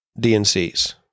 DNCs